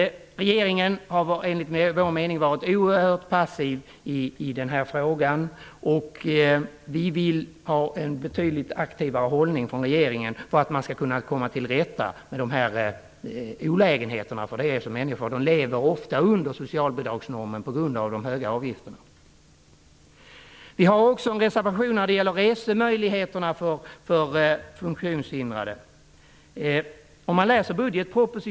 Regeringen har enligt vår mening varit oerhört passiv i den här frågan. Vi vill ha en betydligt aktivare hållning från regeringens sida så att man kan komma till rätta med dessa olägenheter. Människorna lever ofta under socialbidragsnormen på grund av de höga avgifterna. Vi har också en reservation angående resemöjligheter för funktionshindrade.